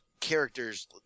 characters